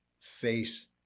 face